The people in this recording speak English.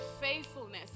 faithfulness